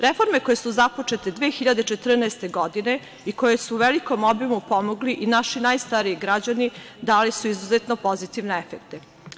Reforme koje su započete 2014. godine i koje su u velikom obimu pomogli i naši najstariji građani dali su izuzetno pozitivne efekte.